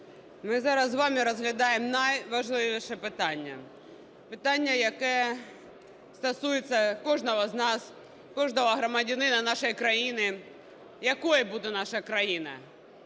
Ми зараз з вами розглядаємо найважливіше питання - питання, яке стосується кожного з нас, кожного громадянина нашої країни. Якою буде наша країна: